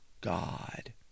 God